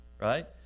Right